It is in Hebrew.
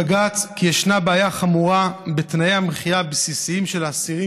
בג"ץ להעניק מרחב מחיה הולם לאסירים